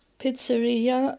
pizzeria